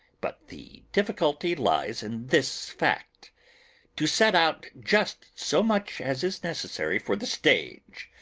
but the difficulty lies in this fact to set out just so much as is necessary for the stage,